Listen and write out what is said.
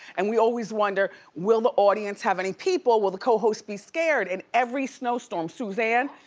and we always wonder will the audience have any people, will the co-hosts be scared, and every snowstorm, suzanne,